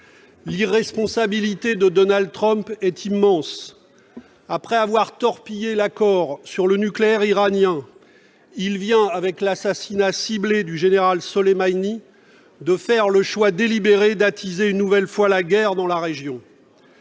L'irresponsabilité de Donald Trump est immense. Après avoir torpillé l'accord sur le nucléaire iranien, il vient, avec l'assassinat ciblé du général Soleimani, de faire le choix délibéré d'attiser une nouvelle fois la guerre dans la région.